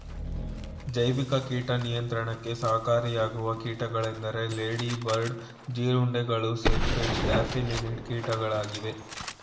ಜೈವಿಕ ಕೀಟ ನಿಯಂತ್ರಣಕ್ಕೆ ಸಹಕಾರಿಯಾಗುವ ಕೀಟಗಳೆಂದರೆ ಲೇಡಿ ಬರ್ಡ್ ಜೀರುಂಡೆಗಳು, ಸಿರ್ಪಿಡ್, ಸ್ಟ್ಯಾಫಿಲಿನಿಡ್ ಕೀಟಗಳಾಗಿವೆ